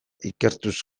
ikertuz